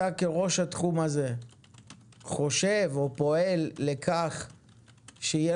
אתה כראש התחום הזה חושב או פועל לכך שיהיה